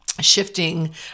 shifting